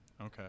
Okay